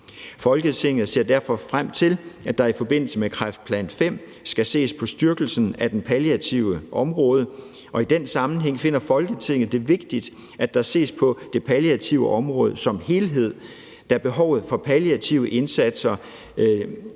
Folketinget ser derfor frem til, at der i forbindelse med kræftplan V skal ses på en styrkelse af det palliative område. I den sammenhæng finder Folketinget det vigtigt, at der ses på det palliative område som helhed, da behovet for palliative indsatser